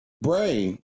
brain